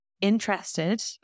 interested